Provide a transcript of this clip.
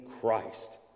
Christ